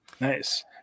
Nice